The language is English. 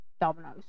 dominoes